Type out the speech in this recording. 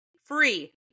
free